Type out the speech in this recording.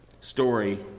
story